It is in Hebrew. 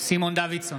סימון דוידסון,